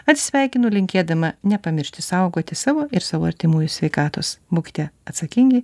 atsisveikinu linkėdama nepamiršti saugoti savo ir savo artimųjų sveikatos būkite atsakingi